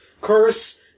Curse